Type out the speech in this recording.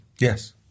Yes